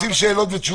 רוצים שאלות ותשובות?